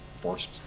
forced